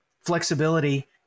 flexibility